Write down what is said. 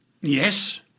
Yes